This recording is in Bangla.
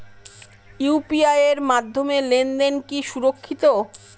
ইউ.পি.আই এর মাধ্যমে লেনদেন কি সুরক্ষিত?